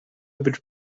would